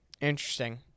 interesting